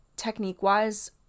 technique-wise